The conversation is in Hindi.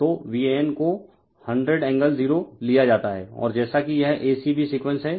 तो VAN को हंड्रेड एंगल 0 लिया जाता है और जैसा कि यह a c b सीक्वेंस है